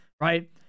right